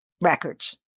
records